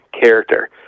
character